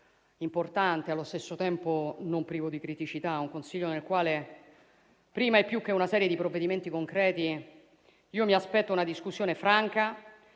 importante e, allo stesso tempo, non privo di criticità; un Consiglio nel quale, prima e più che una serie di provvedimenti concreti, io mi aspetto una discussione franca